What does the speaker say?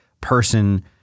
person